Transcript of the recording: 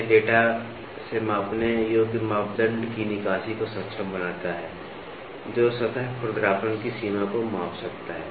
यह डेटा से मापने योग्य मापदंड की निकासी को सक्षम बनाता है जो सतह खुरदरापन की सीमा को माप सकता है